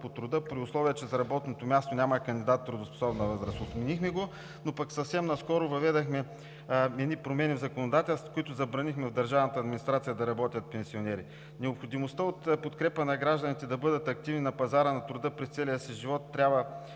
по труда, при условие че за работното място няма кандидат в трудоспособна възраст, отменихме го, но пък съвсем наскоро въведохме едни промени в законодателството, с които забранихме в държавната администрация да работят пенсионери. Необходимостта от подкрепа на гражданите да бъдат активни на пазара на труда през целия си живот трябва